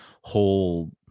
whole-